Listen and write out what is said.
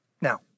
Now